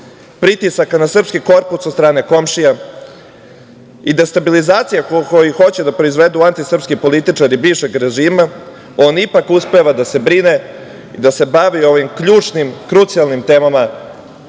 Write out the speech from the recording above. pritisaka na srpski korpus od strane komšija i destabilizacije koju hoće da proizvedu antisrpski političari bivšeg režima, on ipak uspeva da se brine, da se bavi ovim ključnim, krucijalnim temama